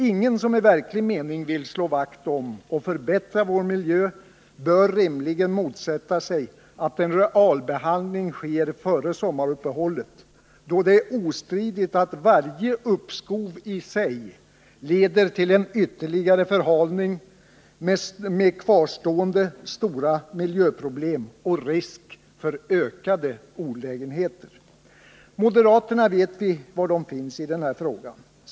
Ingen som i verklig mening vill slå vakt om och förbättra vår miljö bör rimligen motsätta sig att en realbehandling sker före sommaruppehållet. då det är ostridigt att varje uppskov i sig leder till en ytterligare förhalning med kvarstående stora miljöproblem och risker för ökade olägenheter. Vi vet var moderaterna finns i denna fråga.